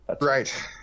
Right